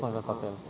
found another fucker